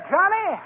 Johnny